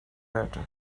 better